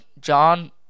John